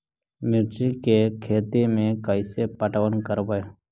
मिर्ची के खेति में कैसे पटवन करवय?